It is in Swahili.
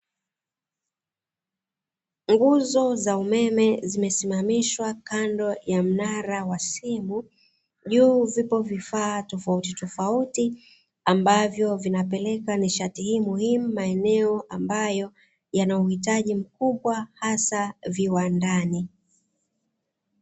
Nguzo za umeme zimesimamishwa kando ya mnara wa simu, juu vipo vifaa tofautitofauti ambavyo vinapeleka nishati hii muhimu maeneo ambayo yana uhitaji mkubwa hasa viwandani.